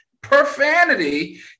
Profanity